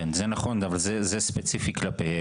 כן, זה נכון, אבל זה ספציפי כלפיהם.